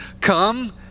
Come